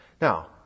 Now